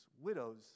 widows